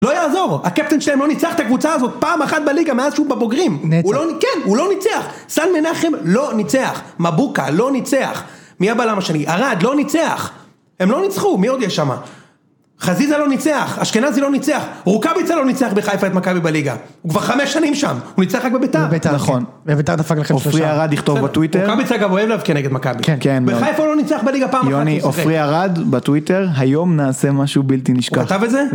לא יעזור, הקפטן שלהם לא ניצח את הקבוצה הזאת פעם אחת בליגה מאז שהוא בבוגרים. נצח. כן, הוא לא ניצח. סן מנחם לא ניצח. מבוקה לא ניצח. מי הבלם השני, ערד לא ניצח. הם לא ניצחו, מי עוד יש שם? חזיזה לא ניצח. אשכנזי לא ניצח. רוקאביצה לא ניצח בחיפה את מכבי בליגה. הוא כבר חמש שנים שם. הוא ניצח רק בביתר. בביתר נכון. בביתר דפק לכם שלישה. עפרי ערד יכתוב בטוויטר. רוקאביצה אגב אוהב להבקיע נגד מכבי. כן, כן מאוד. בחיפה לא ניצח בליגה פעם אחת. יוני, עפרי ערד בטוויטר, היום נעשה משהו בלתי נשכח. הוא כתב את זה?